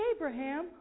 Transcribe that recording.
Abraham